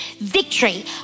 victory